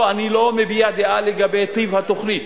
לא, אני לא מביע דעה לגבי טיב התוכנית.